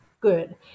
good